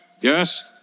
yes